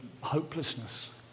hopelessness